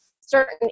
certain